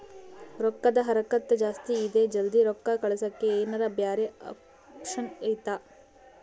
ರೊಕ್ಕದ ಹರಕತ್ತ ಜಾಸ್ತಿ ಇದೆ ಜಲ್ದಿ ರೊಕ್ಕ ಕಳಸಕ್ಕೆ ಏನಾರ ಬ್ಯಾರೆ ಆಪ್ಷನ್ ಐತಿ?